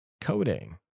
coding